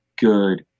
good